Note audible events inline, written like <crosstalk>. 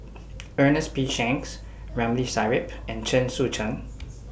<noise> Ernest P Shanks Ramli Sarip and Chen Sucheng